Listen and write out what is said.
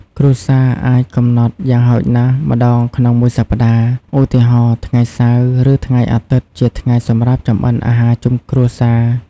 គ្រួសារអាចកំណត់យ៉ាងហោចណាស់ ម្ដងក្នុងមួយសប្ដាហ៍ ឧទាហរណ៍ ថ្ងៃសៅរ៍ ឬថ្ងៃអាទិត្យជាថ្ងៃសម្រាប់ចម្អិនអាហារជុំគ្រួសារ ។